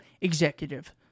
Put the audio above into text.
executive